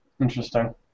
Interesting